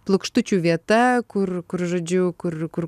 plokštučių vieta kur kur žodžiu kur kur